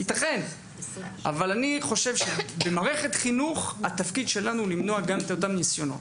אבל אני חושב שבמערכת חינוך התפקיד שלנו למנוע גם את אותם ניסיונות.